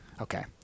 Okay